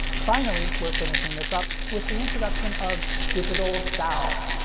finally we're finishing this up with the introduction of digital sound